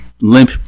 limp